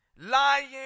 Lying